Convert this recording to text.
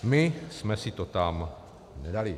My jsme si to tam nedali.